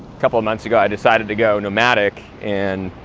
couple of months ago, i decided to go nomadic, and